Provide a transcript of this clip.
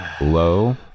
Low